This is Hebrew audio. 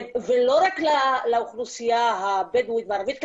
ולא רק לאוכלוסייה הבדואית והערבית כי